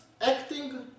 acting